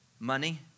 Money